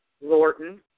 Lorton